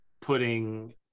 putting